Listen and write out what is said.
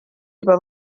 juba